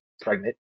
pregnant